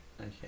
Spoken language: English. Okay